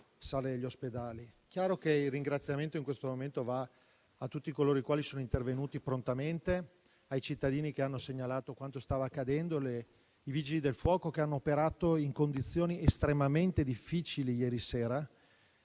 sale degli ospedali. Chiaramente il ringraziamento, in questo momento, va a tutti coloro i quali sono intervenuti prontamente, ai cittadini che hanno segnalato quanto stava accadendo, ai Vigili del fuoco, che ieri sera hanno operato in condizioni estremamente difficili e sono